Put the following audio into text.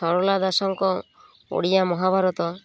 ଶାରଳା ଦାଶଙ୍କ ଓଡ଼ିଆ ମହାଭାରତ